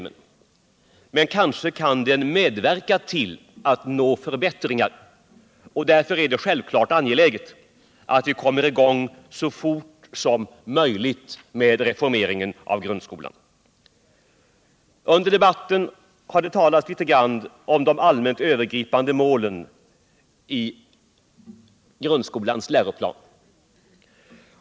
men den kanske kan medverka till att man åstadkommer förbättringar. Därför är det angeläget att vi så snart som möjligt kommer i gång med reformeringen av grundskolan. Under debatten har det talats om de allmänt övergripande målen, som finns angivna I grundskolans läroplan.